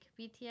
BTS